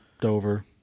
Dover